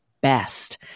best